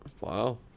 Wow